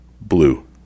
Blue